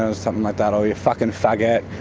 or something like that, or, you fucking faggot,